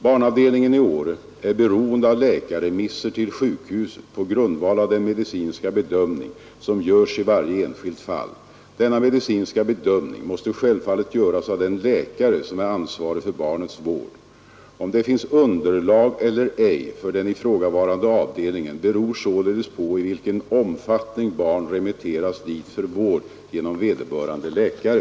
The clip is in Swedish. Barnavdelningen i Åre är beroende av läkarremisser till sjukhuset på grundval av den medicinska bedömning som görs i varje enskilt fall. Denna medicinska bedömning måste självfallet göras av den läkare som är ansvarig för barnets vård. Om det finns underlag eller ej för den ifrågavarande avdelningen beror således på i vilken omfattning barn remitteras dit för vård genom vederbörande läkare.